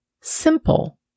simple